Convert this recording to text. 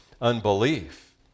unbelief